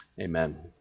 Amen